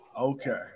Okay